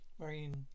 Marine